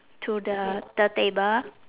to the the table